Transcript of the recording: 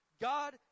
God